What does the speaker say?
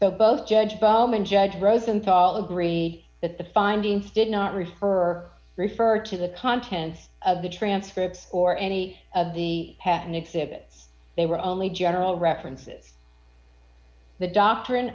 so both judge bowman judge rosenthal agreed that the findings did not refer refer to the contents of the transcripts or any of the nics that they were only general references the doctrine